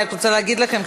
אני רק רוצה להגיד לכם,